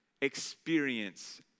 experience